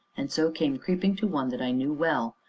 and so came creeping to one that i knew well,